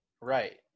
Right